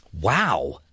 Wow